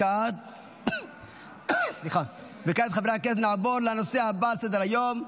כעת, חברי הכנסת, נעבור לנושא הבא על סדר-היום,